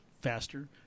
faster